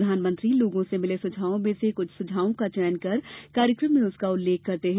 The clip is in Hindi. प्रधानमंत्री लोगों से मिले सुझावों में से कुछ सुझावों का चयन कर कार्यक्रम में उसका उल्लेख करते हैं